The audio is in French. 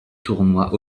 tournois